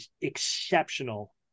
exceptional